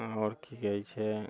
आओर की कहैत छै